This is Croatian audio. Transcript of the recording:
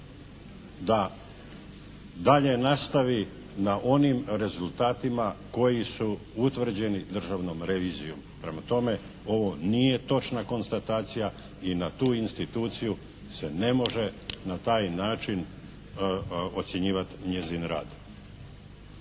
da dalje nastavi na onim rezultatima koji su utvrđeni državnom revizijom. Prema tome ovo nije točna konstatacija i na tu instituciju se ne može na taj način ocjenjivati njezin rad.